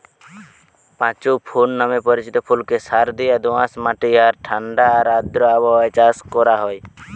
পাঁচু ফুল নামে পরিচিত ফুলকে সারদিয়া দোআঁশ মাটি আর ঠাণ্ডা আর আর্দ্র আবহাওয়ায় চাষ করা হয়